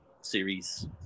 series